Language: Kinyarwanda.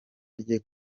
rye